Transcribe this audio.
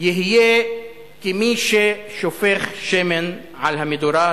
יהיה כשל מי ששופך שמן על המדורה.